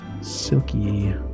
silky